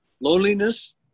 Loneliness